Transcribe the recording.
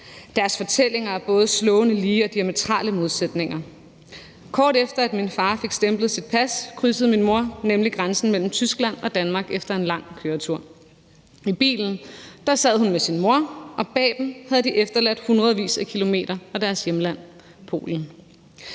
Deres fortællinger er både slående lige og diametrale modsætninger. Kort efter at min far fik stemplet sit pas, krydsede min mor nemlig grænsen mellem Tyskland og Danmark efter en lang køretur. I bilen sad hun med sin mor, og bag dem havde de efterladt hundredvis af kilometer og deres hjemland Polen.